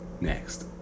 Next